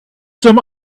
some